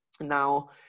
Now